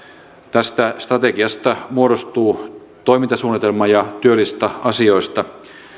tästä strategiasta muodostuu toimintasuunnitelma ja työlista asioista